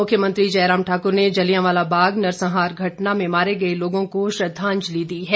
मुख्यमंत्री जयराम ठाकुर ने जलियांवाला बाग नरसंहार घटना में मारे गए लोगों को श्रद्वाजंलि दी है